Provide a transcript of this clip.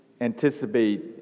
anticipate